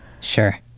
sure